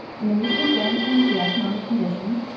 in the recent downturn of the economic conditions,